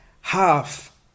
Half